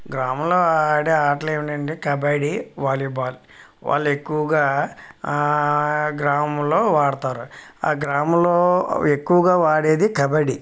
గ్రామంలో ఆడే ఆటలేంటంటే కబడ్డీ వాలీబాల్ వాళ్ళు ఎక్కువగా గ్రామంలో ఆడతారు ఆ గ్రామంలో ఎక్కువగా ఆడేది కబడ్డీ